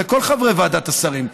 לכל חברי ועדת השרים.